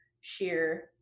sheer